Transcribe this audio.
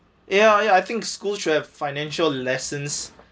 ya ya I think schools should have financial lessons